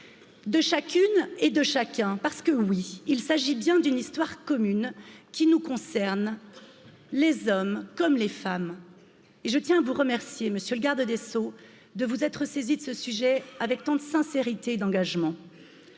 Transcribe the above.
de chacune et de chacun parce que oui, bien d'une histoire commune qui nous concerne. Les hommes comme les femmes et je tiens à vous remercier, M. le Garde des Sceaux, de vous être saisi de ce sujet avec tant de sincérité et d'engagement.